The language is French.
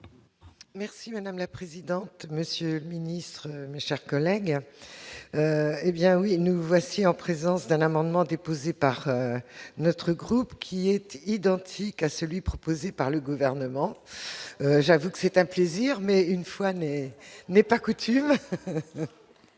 Merci madame la présidente, monsieur Ministre, mes chers collègues, hé bien oui, nous voici en présence d'un amendement déposé par notre groupe qui était identique à celui proposé par le gouvernement, j'avoue que c'est un plaisir mais une fois n'est n'est pas coutume